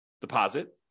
deposit